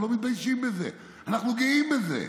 אנחנו לא מתביישים בזה, אנחנו גאים בזה.